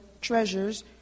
treasures